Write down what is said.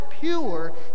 pure